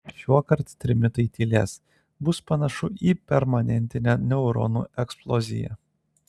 šiuokart trimitai tylės bus panašu į permanentinę neutronų eksploziją